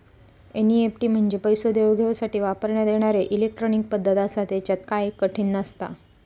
NEFT म्हंजे पैसो देवघेवसाठी वापरण्यात येणारी इलेट्रॉनिक पद्धत आसा, त्येच्यात काय कठीण नसता